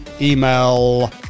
email